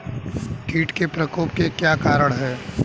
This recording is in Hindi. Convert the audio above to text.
कीट के प्रकोप के क्या कारण हैं?